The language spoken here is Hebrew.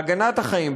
בהגנת החיים,